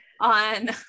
On